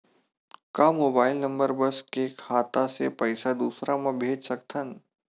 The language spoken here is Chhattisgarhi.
का मोबाइल नंबर बस से खाता से पईसा दूसरा मा भेज सकथन?